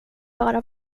bara